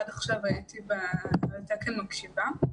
עד עכשיו הייתי על תקן מקשיבה.